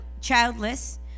childless